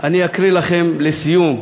אני אקריא לכם לסיום.